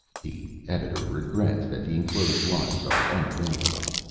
the editor regrets that the enclosed lines are unavailable,